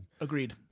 Agreed